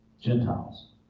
Gentiles